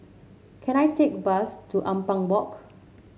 can I take a bus to Ampang Walk